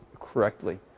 correctly